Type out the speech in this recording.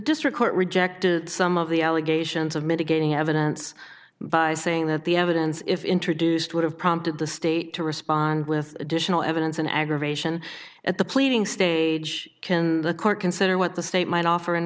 district court rejected some of the allegations of mitigating evidence by saying that the evidence if introduced would have prompted the state to respond with additional evidence and aggravation at the pleading stage can the court consider what the state might offer in